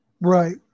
right